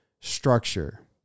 structure